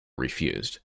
refused